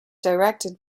directed